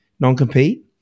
Non-compete